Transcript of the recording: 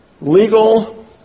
Legal